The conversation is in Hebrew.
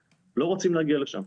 הם לא רוצים להגיע לשם.